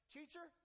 Teacher